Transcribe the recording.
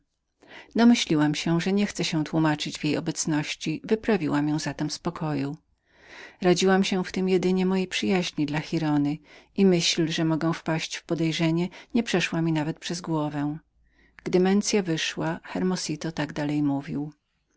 domyśliłam się że nie chciał tłumaczyć się w jej obecności wyprawiłam ją zatem z pokoju radziłam się w tem jedynie mojej przyjaźni dla giraldy i myśl że mogę wpaść w podejrzenie nie przeszła mi nawet przez głowę gdy mensia wyszła hermosito tak dalej mówił